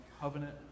covenant